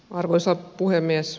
arvoisa puhemies